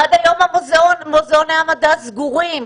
עד היום מוזיאוני המדע סגורים.